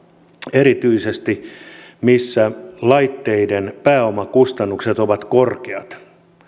erityisesti niillä millä laitteiden pääomakustannukset ovat korkeat